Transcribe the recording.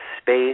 space